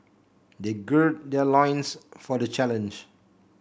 they gird their loins for the challenge